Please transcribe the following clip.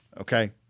Okay